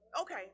Okay